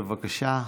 בבקשה.